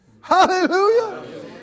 Hallelujah